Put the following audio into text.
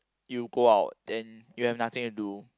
you go out and you have nothing to do